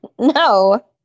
No